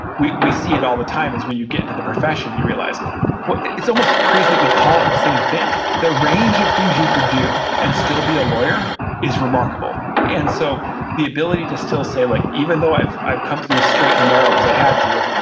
we we see it all the time is when you get into the profession, you realize it's almost crazy that we call it the same thing. the range of things you could do and still be a lawyer is remarkable. and so the ability to still say like even though i've i've come to the straight and narrow because i had to,